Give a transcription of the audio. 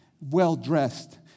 well-dressed